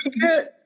good